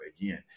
again